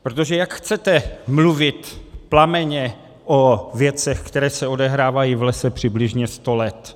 Protože jak chcete mluvit plamenně o věcech, které se odehrávají v lese přibližně sto let?